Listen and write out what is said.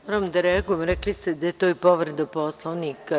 Moram da reagujem, rekli ste da je to povreda Poslovnika.